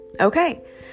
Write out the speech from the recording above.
Okay